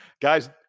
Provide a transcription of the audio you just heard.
guys